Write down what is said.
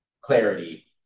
clarity